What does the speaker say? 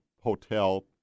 Hotel